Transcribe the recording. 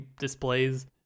displays